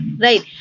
Right